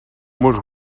nos